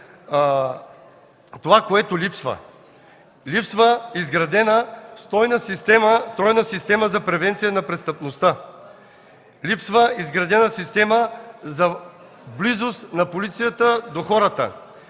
това, което липсва. Липсва изградена стройна система за превенция на престъпността. Липсва изградена система за близост на полицията до хората.